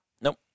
Nope